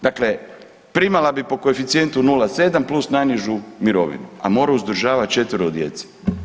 Dakle, primala bi po koeficijentu 0,7, plus najnižu mirovinu, a mora uzdržavati četvero djece.